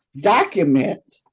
document